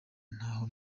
ntaho